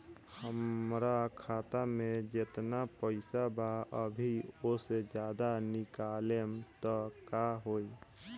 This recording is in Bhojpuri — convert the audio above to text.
हमरा खाता मे जेतना पईसा बा अभीओसे ज्यादा निकालेम त का होई?